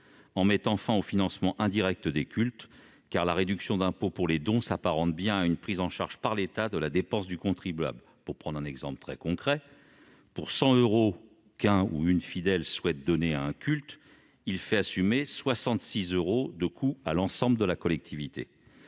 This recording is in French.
en mettant fin au financement indirect des cultes, car la réduction d'impôt pour les dons s'apparente bien à une prise en charge par l'État de la dépense du contribuable. Pour prendre un exemple concret, quand un ou une fidèle souhaite donner 100 euros à un culte, il fait assumer un coût de 66 euros à l'ensemble de la collectivité.